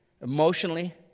emotionally